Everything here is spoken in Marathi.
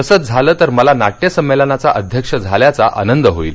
तसंच झालं तर मला नाट्य संमेलनाचा अध्यक्ष झाल्याचा आनंद होईल